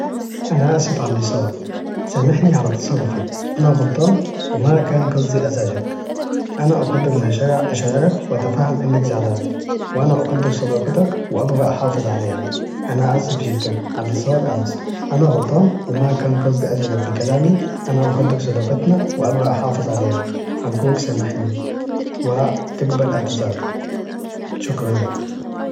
أنا آسف على إللي صار، سامحني على تصرفي، أنا غلطان وما كان قصدي أزعجك، أنا أقدر مشاعرك وأتفهم إنك زعلان وأنا أقدر صداقتك وأبغى أحافظ عليها، أنا آسف جدا على إللي صار أمس أنا غلطان وما كان قصدي أزعجك بكلامي، أنا أقدر صدقتنا وأبغى أحافظ عليها، أرجوك سامحني وتقبل اعتذاري شكراً لك.